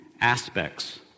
aspects